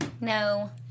No